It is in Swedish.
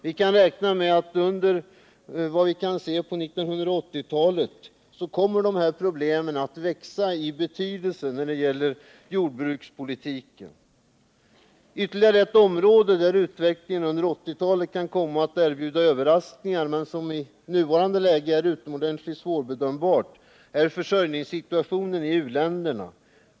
Vi kan räkna med att på 1980-talet kommer dessa problem att växa i betydelse när det gäller jordbrukspolitiken. Ytterligare ett område, där utvecklingen under 1980-talet kan komma att erbjuda överraskningar men som i nuvarande läge är utomordentligt svårbedömbart, är försörjningssituationen i u-länderna.